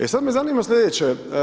E, sad me zanima slijedeće.